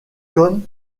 comme